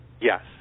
Yes